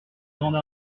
grande